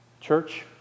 Church